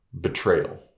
betrayal